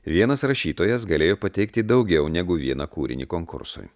vienas rašytojas galėjo pateikti daugiau negu vieną kūrinį konkursui